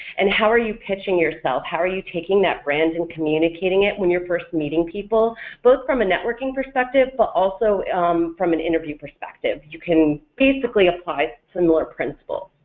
and how are you pitching yourself, how are you taking that brand and communicating communicating it when you're first meeting people both from a networking perspective but also from an interview perspective you can basically apply similar principles.